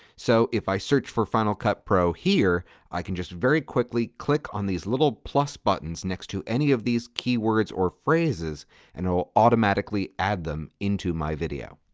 so if i search for final cut pro here i can just very quickly click on these little plus buttons next to any of these keywords or phrases and it will automatically add them into my video.